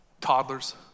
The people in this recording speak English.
toddlers